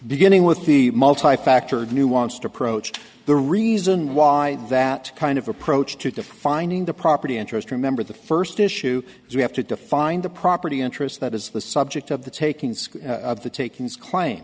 beginning with the multi factor nuanced approach the reason why that kind of approach to defining the property interest remember the first issue we have to define the property interest that is the subject of the taking